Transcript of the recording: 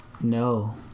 no